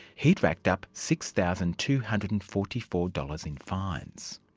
he had racked up six thousand two hundred and forty four dollars in fines.